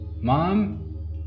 Mom